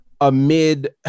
amid